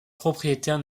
propriétaire